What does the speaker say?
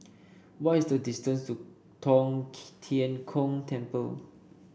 what is the distance to Tong Tien Kung Temple